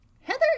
Heather